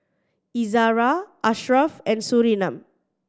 Izzara Ashraf and Surinam